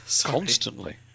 constantly